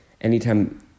anytime